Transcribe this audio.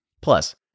Plus